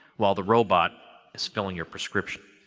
while the robot is filling your prescription.